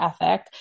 ethic